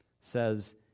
says